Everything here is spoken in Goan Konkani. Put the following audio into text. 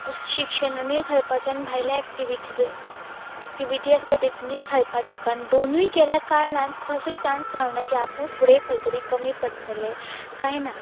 शिक्षणानूय घालपाचो आनी भायल्या ऍक्टिविटीझान ऍक्टिविटी आसता तितुनूय घालपाचो कारण दोनूय केल्या कारणान खंय असो चान्स रावना की आपूण फुडें खंय तरी कमी पडटले काय ना